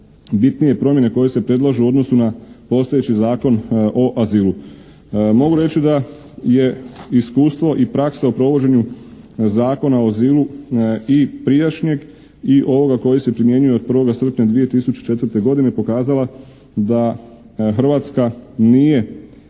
najbitnije promjene koje se predlažu u odnosu na postojeći Zakon o azilu. Mogu reći da je iskustvo i praksa o provođenju Zakona o azilu i prijašnjega i ovoga koji se primjenjuje od 1. srpnja 2004. godine pokazala da Hrvatska nije